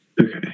Okay